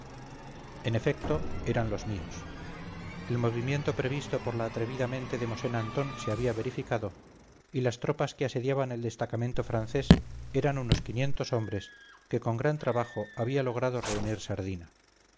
en efecto eran los míos el movimiento previsto por la atrevida mente de mosén antón se había verificado y las tropas que asediaban el destacamento francés eran unos quinientos hombres que con gran trabajo había logrado reunir sardina